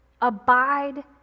Abide